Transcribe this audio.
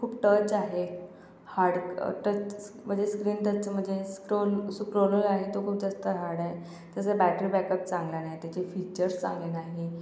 खूप टच आहे hard touch स्क म्हणजे स्क्रीन त्याचं म्हणजे स्क्रोल स्क्रोलर आहे तो खूप जास्त हार्ड आहे त्याचं बॅटरी बॅकअप चांगला नाही त्याचे फीचर्स चांगले नाही